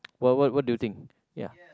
what what what do you think ya